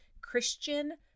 Christian